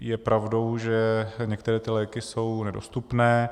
Je pravdou, že některé léky jsou nedostupné.